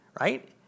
right